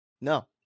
No